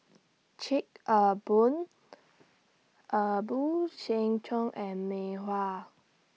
Chic A Boo A Boo Seng Choon and Mei Hua